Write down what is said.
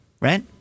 Right